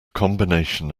combination